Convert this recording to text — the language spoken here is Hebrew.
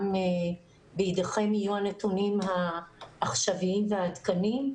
בידיכם יהיו הנתונים העכשוויים והעדכניים.